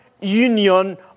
union